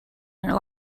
their